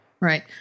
Right